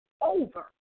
over